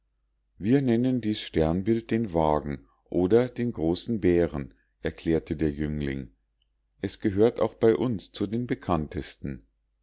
wir nennen dies sternbild den wagen oder den großen bären erklärte der jüngling es gehört auch bei uns zu den bekanntesten